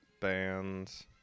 bands